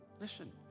listen